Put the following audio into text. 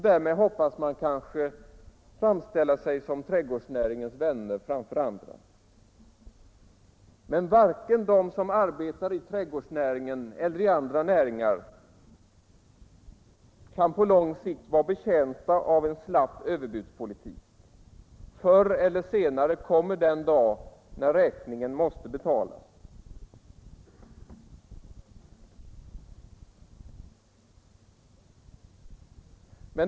Därmed hoppas man kanske framstå som trädgårdsnäringens vänner framför andra. Men varken de som arbetar i trädgårdsnäringen eller de som arbetar i andra näringar kan på lång sikt vara betjänta av en slapp överbudspolitik. Förr eller senare kommer den dag då räkningen måste betalas.